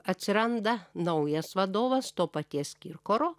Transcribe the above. atsiranda naujas vadovas to paties kirkoro